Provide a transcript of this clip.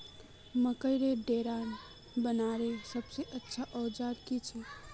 मकईर डेरा बनवार सबसे अच्छा औजार की छे?